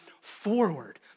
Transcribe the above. forward